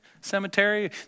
cemetery